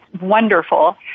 wonderful